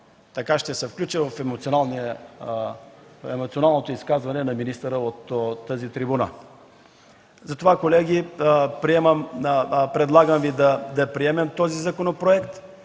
аз ще се включа в емоционалното изказване на министъра от тази трибуна. Колеги, предлагам Ви да приемем този законопроект